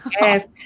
Yes